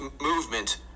movement